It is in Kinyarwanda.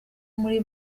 muri